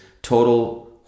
total